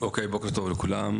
אוקיי בוקר טוב לכולם.